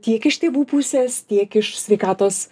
tiek iš tėvų pusės tiek iš sveikatos